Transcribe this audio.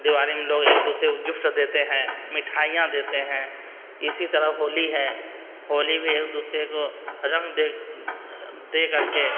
دیوالی میں لوگ ایک دوسرے کو گفٹ دیتے ہیں مٹھائیاں دیتے ہیں اسی طرح ہولی ہے ہولی بھی ایک دوسرے کو رنگ دے دے کر کے